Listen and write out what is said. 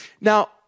Now